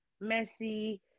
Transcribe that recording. messy